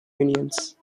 unions